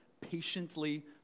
patiently